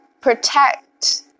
Protect